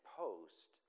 post